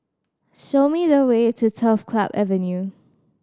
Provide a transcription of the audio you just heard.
show me the way to Turf Club Avenue